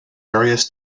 various